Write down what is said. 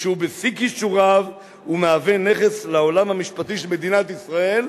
כשהוא בשיא כישוריו ומהווה נכס לעולם המשפטי של מדינת ישראל,